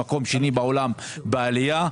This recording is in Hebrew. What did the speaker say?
מקום שני בעולם בעלייה.